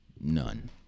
None